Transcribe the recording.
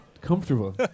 comfortable